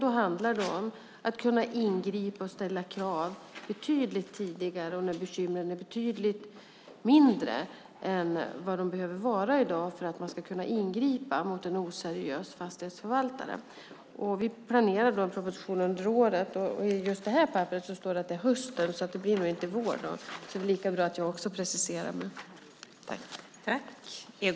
Då handlar det om att kunna ingripa och ställa krav betydligt tidigare och när bekymren är betydligt mindre än de i dag behöver vara för att man ska kunna ingripa mot en oseriös fastighetsförvaltare. Vi planerar för en proposition under det här året. I just det papper jag har här står det att det blir under hösten, så i vår blir det nog inte - det är väl lika bra att också jag preciserar mig.